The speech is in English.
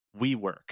WeWork